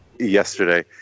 Yesterday